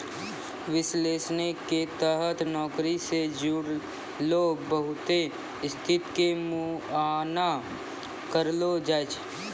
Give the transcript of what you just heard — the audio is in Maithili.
विश्लेषण के तहत नौकरी से जुड़लो बहुते स्थिति के मुआयना करलो जाय छै